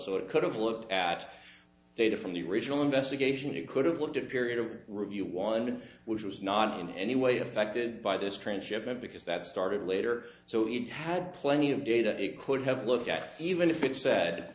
so it could have looked at data from the original investigation it could have looked at period of review one which was not in any way affected by this transshipment because that started later so it had plenty of data it could have looked at even if it